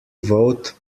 vote